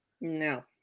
No